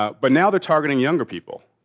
ah but now they're targeting younger people,